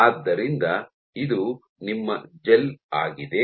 ಆದ್ದರಿಂದ ಇದು ನಿಮ್ಮ ಜೆಲ್ ಆಗಿದೆ